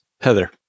Heather